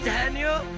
Daniel